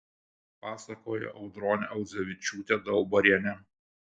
pasakojo audronė audzevičiūtė daubarienė